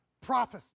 Prophecy